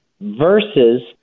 versus